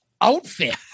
outfit